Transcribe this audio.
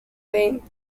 lane